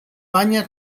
banya